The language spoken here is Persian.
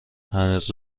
هنوز